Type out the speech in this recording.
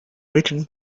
written